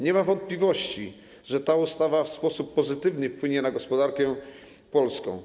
Nie ma wątpliwości, że ta ustawa w sposób pozytywny wpłynie na gospodarkę polską.